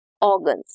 organs